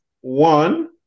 one